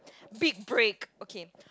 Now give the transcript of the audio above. big break okay